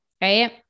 right